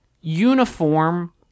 uniform